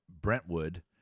Brentwood